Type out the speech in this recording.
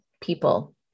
people